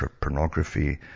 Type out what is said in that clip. pornography